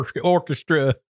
orchestra